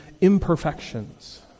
imperfections